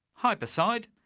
hype aside,